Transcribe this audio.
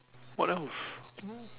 what else don't know